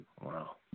Wow